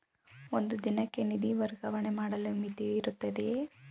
ಒಂದು ದಿನಕ್ಕೆ ನಿಧಿ ವರ್ಗಾವಣೆ ಮಾಡಲು ಮಿತಿಯಿರುತ್ತದೆಯೇ?